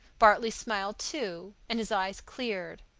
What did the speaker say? bartley smiled too, and his eyes cleared.